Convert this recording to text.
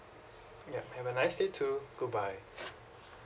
yup have a nice day too goodbye